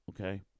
Okay